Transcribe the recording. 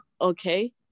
okay